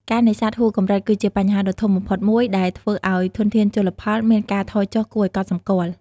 ការនេសាទហួសកម្រិតគឺជាបញ្ហាដ៏ធំបំផុតមួយ ដែលធ្វើឲ្យធនធានជលផលមានការថយចុះគួរឲ្យកត់សម្គាល់។